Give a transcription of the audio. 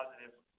positive